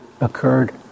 occurred